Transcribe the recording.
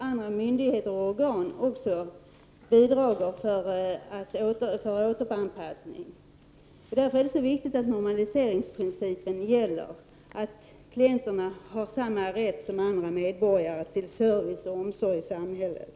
Andra myndigheter och organ behöver också bidra till återanpassningen. Därför är det så viktigt att normaliseringsprincipen gäller, att klienterna har samma rätt som andra medborgare till service och omsorg i samhället.